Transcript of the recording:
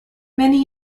many